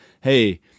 hey